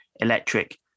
electric